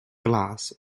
glass